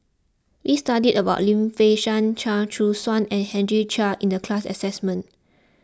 we studied about Lim Fei Shen Chia Choo Suan and Henry Chia in the class assignment